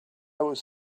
was